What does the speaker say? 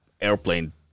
airplane